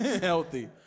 Healthy